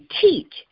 teach